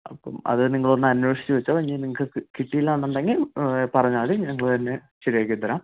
അത് നിങ്ങൾ ഒന്ന് അന്വേഷിച്ച് വെച്ചോ ഇനി നിങ്ങൾക്ക് കിട്ടില്ലാന്നുണ്ടങ്കിൽ പറഞ്ഞാൽ മതി ഞങ്ങൾ തന്നെ ശരിയാക്കി തരാം